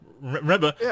remember